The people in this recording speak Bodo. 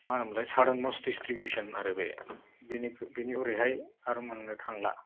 मा होनोमोनलाय सारोन मस्थ दिस्थ्रिबुसन आरो बे बेनि बेनि हरैहाय आर मोननो थांला